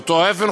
באותו אופן,